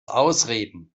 ausreden